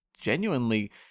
genuinely